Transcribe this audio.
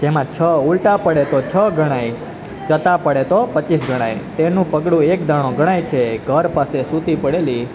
જેમાં છ ઉલ્ટા પડે તો છ ગણાય ચત્તા પડે તો પચીસ ગણાય તેનું પગલું એક દાણો ગણાય છે ઘર પાસે સૂતી પડેલી